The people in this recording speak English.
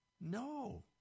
no